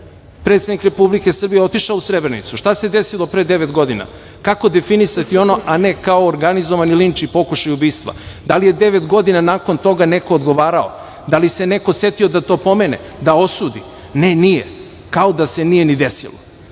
Predsednik Republike Srbije je otišao u Srebrenicu. Šta se desilo pre devet godina? Kako definisati ono, a ne kao organizovani linč i pokušaj ubistva? Da li je devet godina nakon toga neko odgovarao? Da li se neko setio da to pomene, da osudi? Ne, nije, kao da se nije ni desilo. Dakle,